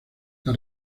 las